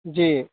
जी